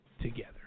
together